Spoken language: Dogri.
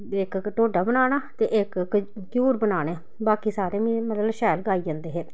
इक इक ढोडा बनाना ते इक क घ्यूर बनाने बाकी सारे मी मतलब शैल गै आई जंदे हे